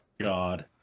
God